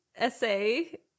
essay